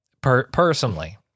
personally